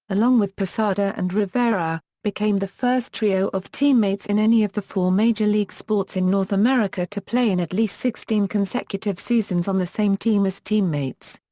along with posada and rivera, became the first trio of teammates in any of the four major league sports in north america to play in at least sixteen consecutive seasons on the same team as teammates.